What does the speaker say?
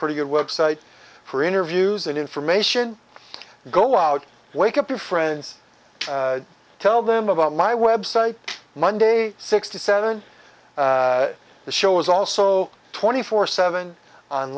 pretty good website for interviews and information go out wake up your friends tell them about my website monday sixty seven the show is also twenty four seven on